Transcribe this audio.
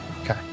okay